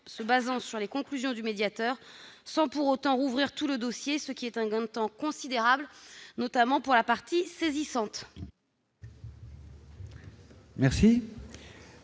se fondant sur les conclusions du médiateur sans pour autant rouvrir tout le dossier. Cela représente un gain de temps considérable, notamment pour la partie qui a